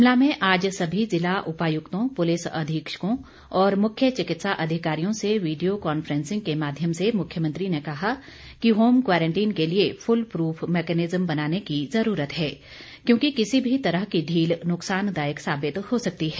शिमला में आज सभी जिला उपायुक्तों पुलिस अधीक्षकों और मुख्य चिकित्सा अधिकारियों से वीडियो कॉन्फ्रेंसिंग के माध्यम से मुख्यमंत्री ने कहा कि होम क्वारंटीन के लिए फूल प्रफ मैकेनिज़्म बनाने की ज़रूरत है क्योंकि किसी भी तरह की ढील नुकसानदायक साबित हो सकती है